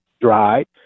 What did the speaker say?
dried